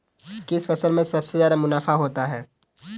किस फसल में सबसे जादा मुनाफा होता है?